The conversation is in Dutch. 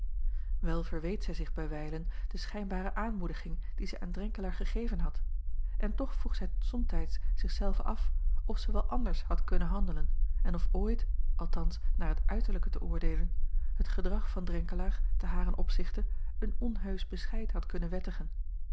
verweet zij zich bij wijlen de schijnbare aanmoediging die zij aan renkelaer gegeven had en toch vroeg zij somtijds zich zelve af of zij wel anders had kunnen handelen en of ooit althans naar het uiterlijke te oordeelen het gedrag van renkelaer te haren opzichte een onheusch bescheid had kunnen wettigen